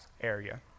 area